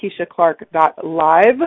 KeishaClark.Live